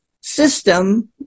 system